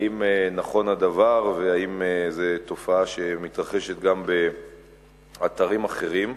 האם נכון הדבר והאם זו תופעה שמתרחשת גם באתרים אחרים.